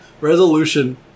resolution